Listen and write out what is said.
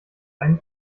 einen